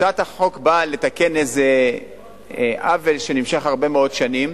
הצעת החוק באה לתקן איזה עוול שנמשך הרבה מאוד שנים,